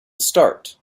start